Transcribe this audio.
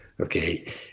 Okay